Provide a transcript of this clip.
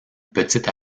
petite